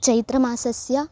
चैत्रमासस्य